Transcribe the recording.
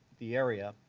the area.